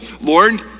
Lord